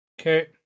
Okay